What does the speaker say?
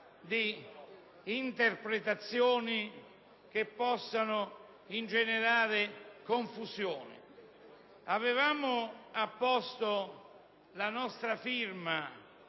interpretazioni che possano ingenerare confusione. Avevamo apposto la nostra firma